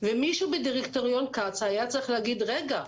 ומישהו בדירקטוריון קצא"א היה צריך להגיד: רגע,